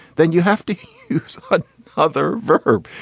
then you have to use ah other verb.